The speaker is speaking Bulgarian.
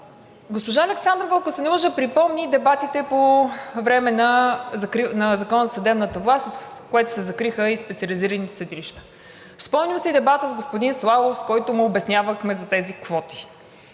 Госпожа Александрова, ако се не лъжа, припомни дебатите по време на Закона за съдебната власт, с което се закриха и специализираните съдилища. Спомням си дебата с господин Славов, в който му обяснявахме за тези квоти.